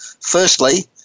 Firstly